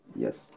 Yes